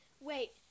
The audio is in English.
wait